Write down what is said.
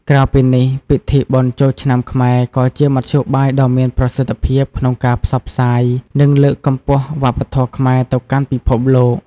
ក្រៅពីនេះ ពិធីបុណ្យចូលឆ្នាំខ្មែរក៏ជាមធ្យោបាយដ៏មានប្រសិទ្ធភាពក្នុងការផ្សព្វផ្សាយ និងលើកកម្ពស់វប្បធម៌ខ្មែរទៅកាន់ពិភពលោក។